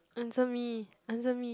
answer me answer me